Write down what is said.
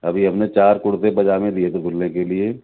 ابھی ہم نے چار کرتے پاجامے دیے تھے دھلنے کے لیے